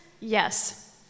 Yes